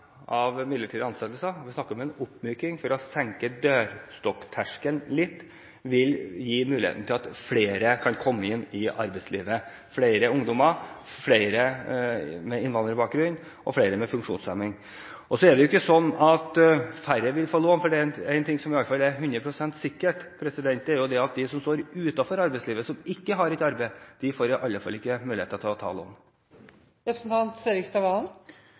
midlertidige ansettelser – og vi snakker om en oppmyking, for å senke dørstokkterskelen litt – vil gi muligheten til at flere kan komme inn i arbeidslivet, både flere ungdommer, flere med innvandrerbakgrunn og flere med funksjonshemning. Så er det jo ikke sånn at færre vil få lån, for én ting som iallfall er 100 pst. sikkert, er at de som står utenfor arbeidslivet, de som ikke har et arbeid, iallfall ikke får muligheter til å ta opp lån. Da er mitt oppfølgingsspørsmål til